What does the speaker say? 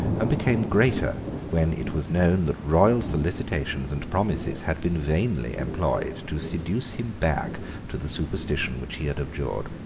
and became greater when it was known that royal solicitations and promises had been vainly employed to seduce him back to the superstition which he had abjured.